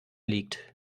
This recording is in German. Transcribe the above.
liegt